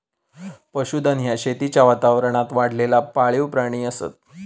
पशुधन ह्या शेतीच्या वातावरणात वाढलेला पाळीव प्राणी असत